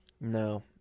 No